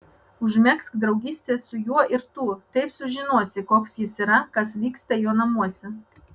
užmegzk draugystę su juo ir tu taip sužinosi koks jis yra kas vyksta jo namuose